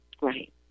Right